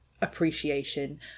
appreciation